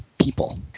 people